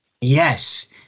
Yes